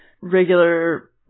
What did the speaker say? regular